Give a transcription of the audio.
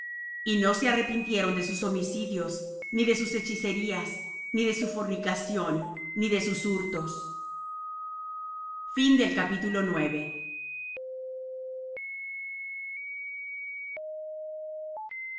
y no se arrepintieron de sus homicidios ni de sus hechicerías ni de su fornicación ni de sus hurtos y